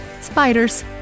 Spiders